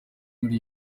muri